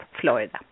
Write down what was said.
Florida